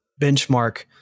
benchmark